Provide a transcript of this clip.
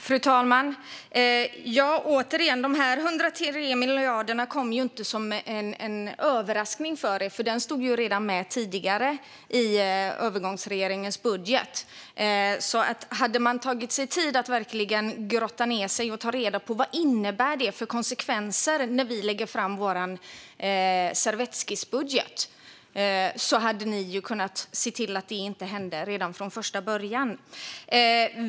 Fru talman! Återigen: Dessa 103 miljarder kom inte som en överraskning för er. De stod med redan tidigare i övergångsregeringens budget. Om ni hade tagit er tid att verkligen grotta ned er och tagit reda på vad det får för konsekvenser när ni lägger fram er servettskissbudget hade ni redan från allra första början kunnat se till att detta inte hade hänt.